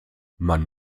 man